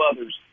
others